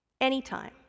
anytime